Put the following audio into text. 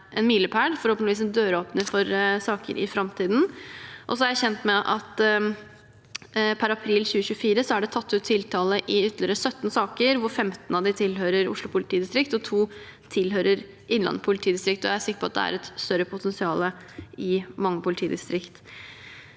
en milepæl og forhåpentligvis en døråpner for saker i framtiden. Jeg er kjent med at det per april 2024 er tatt ut tiltale i ytterligere 17 saker, hvor 15 av dem tilhører Oslo politidistrikt og 2 tilhører Innlandet politidistrikt, og jeg er sikker på at det er et større potensial i mange politidistrikt.